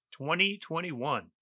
2021